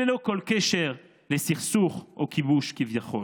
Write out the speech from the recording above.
ללא כל קשר לסכסוך או כיבוש כביכול.